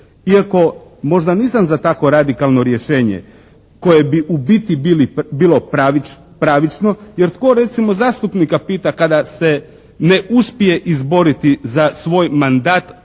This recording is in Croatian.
iako možda nisam za tako radikalno rješenje koje bi u biti bilo pravično jer tko recimo zastupnika pita kada se ne uspije izboriti za svoj mandat